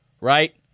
Right